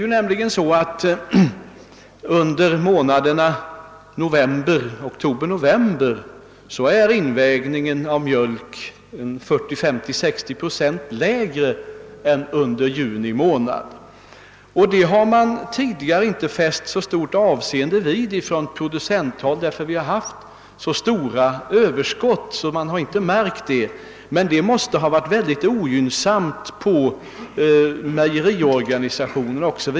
Under månaderna oktober—november är invägningen av mjölk 40—50— 60 procent lägre än under juni månad. Det har man tidigare inte fäst så stort avseende vid från producenthåll, därför att vi har haft så stora överskott att man inte märkt det. Det måste dock ha varit mycket ogynnsamt för mejeriorganisationerna etc.